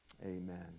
Amen